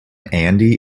andy